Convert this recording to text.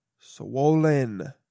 Swollen